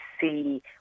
see